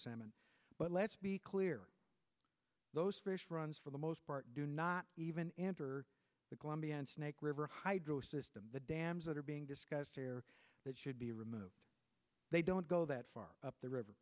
salmon but let's be clear those runs for the most part do not even enter the colombian snake river hydro system the dams that are being discussed here that should be removed they don't go that far up the river